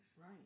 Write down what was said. Right